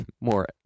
more